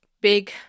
big